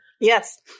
Yes